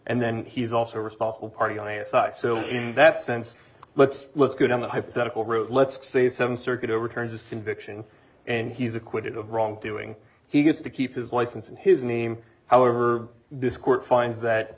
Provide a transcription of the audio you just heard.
and then he's also responsible party ion site so in that sense let's let's go down the hypothetical road let's say some circuit overturns conviction and he's acquitted of wrongdoing he gets to keep his license and his name however this court finds that